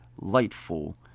lightful